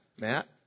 Matt